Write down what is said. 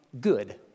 good